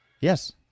Yes